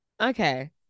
okay